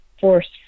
force